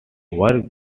work